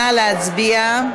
נא להצביע.